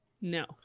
No